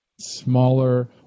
smaller